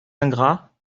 ingrats